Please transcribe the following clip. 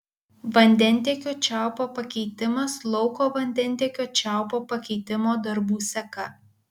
vandentiekio čiaupo pakeitimas lauko vandentiekio čiaupo pakeitimo darbų seka